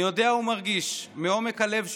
אני יודע ומרגיש מעומק הלב שלי,